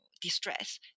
Distress